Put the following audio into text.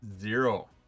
zero